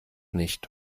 nicht